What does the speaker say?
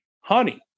honey